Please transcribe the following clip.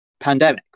pandemics